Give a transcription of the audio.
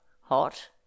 hot